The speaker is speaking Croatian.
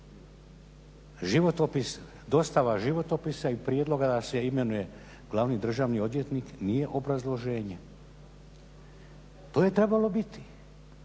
dostava životopisa i prijedloga da se imenuje glavni državni odvjetnik nije obrazloženje. To je trebalo biti.